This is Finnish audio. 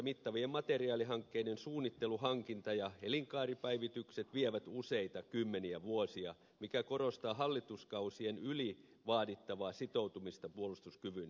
mittavien materiaalihankkeiden suunnittelu hankinta ja elinkaaripäivitykset vievät useita kymmeniä vuosia mikä korostaa hallituskausien yli vaadittavaa sitoutumista puolustuskyvyn ylläpitämiseen